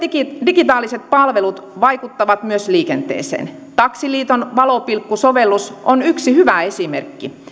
digitaaliset palvelut vaikuttavat myös liikenteeseen taksiliiton valopilkku sovellus on yksi hyvä esimerkki